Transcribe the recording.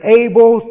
able